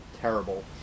terrible